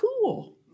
cool